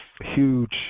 huge